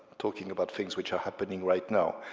talking about things which are happening right now.